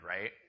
right